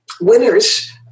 Winners